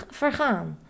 vergaan